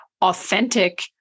authentic